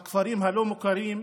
הכפרים הלא-מוכרים,